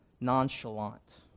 nonchalant